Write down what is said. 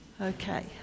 Okay